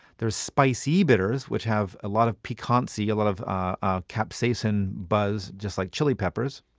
there are spicy bitters, which have a lot of piquancy, a lot of ah capsaicin buzz, just like chili peppers.